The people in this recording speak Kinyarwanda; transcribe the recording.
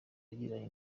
yagiranye